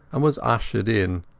and was ushered in.